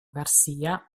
garcia